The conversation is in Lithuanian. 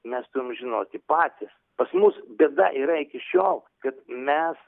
mes turim žinoti patys pas mus bėda yra iki šiol kad mes